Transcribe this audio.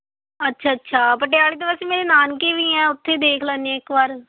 ਅੱਛਾ ਅੱਛਾ ਪਟਿਆਲੇ ਤਾਂ ਵੈਸੇ ਮੇਰੇ ਨਾਨਕੇ ਵੀ ਆ ਉੱਥੇ ਦੇਖ ਲੈਂਦੇ ਹਾਂ ਇੱਕ ਵਾਰ